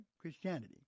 Christianity